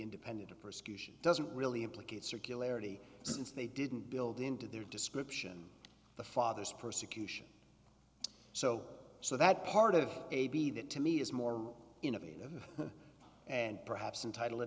independent of persecution doesn't really implicate circularity since they didn't build into their description the father's persecution so so that part of a b that to me is more innovative and perhaps entitle a